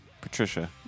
Patricia